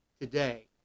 today